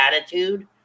Attitude